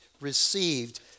received